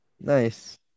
Nice